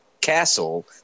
castle